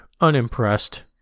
unimpressed